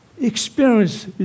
experience